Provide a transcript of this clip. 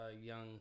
young